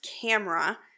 camera